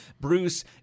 Bruce